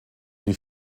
die